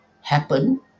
happen